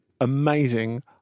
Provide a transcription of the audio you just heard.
amazing